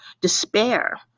despair